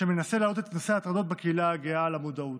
שמנסה להעלות את נושא ההטרדות בקהילה הגאה למודעות.